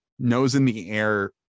nose-in-the-air